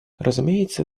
разумеется